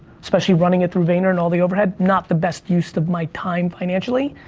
especially running it through vayner and all the overhead, not the best use of my time financially.